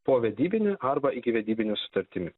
povedybine arba ikivedybine sutartimi